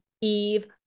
Eve